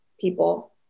people